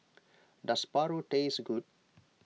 does Paru taste good